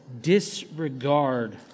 disregard